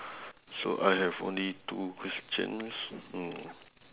so I have only two questions hmm